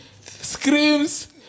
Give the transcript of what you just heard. screams